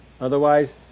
Otherwise